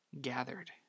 gathered